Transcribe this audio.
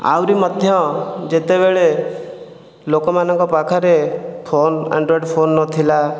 ଆହୁରି ମଧ୍ୟ ଯେତେବେଳେ ଲୋକମାନଙ୍କ ପାଖରେ ଫୋନ୍ ଆଣ୍ଡ୍ରଏଡ୍ ଫୋନ୍ ନଥିଲା